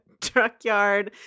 truckyard